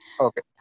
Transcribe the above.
Okay